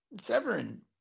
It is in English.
Severin